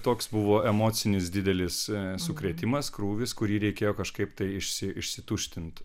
toks buvo emocinis didelis sukrėtimas krūvis kurį reikėjo kažkaip tai išsi išsituštint